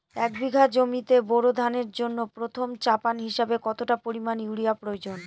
এক বিঘা জমিতে বোরো ধানের জন্য প্রথম চাপান হিসাবে কতটা পরিমাণ ইউরিয়া প্রয়োজন?